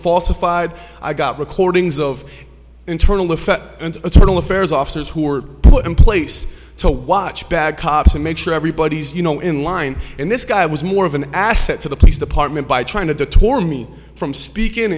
falsified i got recordings of internal affairs and a total affairs officers who were put in place to watch bad cops to make sure everybody's you know in line and this guy was more of an asset to the police department by trying to detour me from speaking